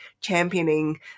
championing